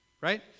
right